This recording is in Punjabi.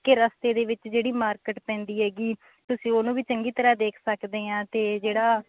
ਕਿ ਰਸਤੇ ਦੇ ਵਿੱਚ ਜਿਹੜੀ ਮਾਰਕੀਟ ਪੈਂਦੀ ਹੈਗੀ ਤੁਸੀਂ ਉਹਨੂੰ ਵੀ ਚੰਗੀ ਤਰ੍ਹਾਂ ਦੇਖ ਸਕਦੇ ਆ ਅਤੇ ਜਿਹੜਾ